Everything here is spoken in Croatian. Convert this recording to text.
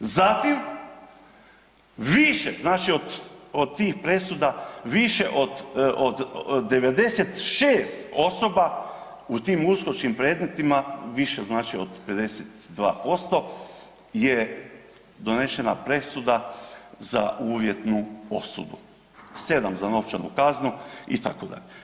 Zatim, više od tih presuda više od 96 osoba u tim uskočkim predmetima više od 52% je donešena presuda za uvjetnu osudu, 7 za novčanu kaznu itd.